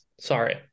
Sorry